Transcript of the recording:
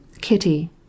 kitty